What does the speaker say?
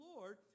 Lord